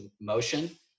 motion